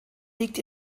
liegt